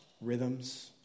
rhythms